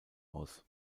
aus